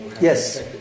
Yes